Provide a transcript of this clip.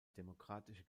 demokratische